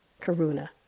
karuna